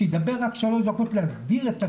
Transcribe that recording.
שידבר רק שלוש דקות להסביר את הבעיה.